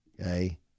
okay